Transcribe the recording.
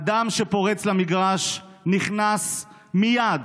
אדם שפורץ למגרש נכנס מייד